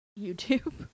YouTube